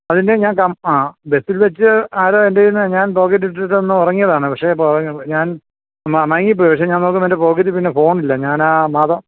അതിൻ്റെ ഞാൻ കം ആ ബെസ്സിൽ വെച്ച് ആരോ എൻറ്റേയ്ന്ന് ഞാൻ പോക്കറ്റിൽ ഇട്ടിട്ടൊന്ന് ഉറങ്ങിയതാണ് പക്ഷേ ഞാൻ മയങ്ങിപ്പോയി പക്ഷേ ഞാൻ നോക്കുമ്പം എൻ്റെ പോക്കറ്റിപ്പിന്നെ ഫോണില്ല ഞാനാ മാത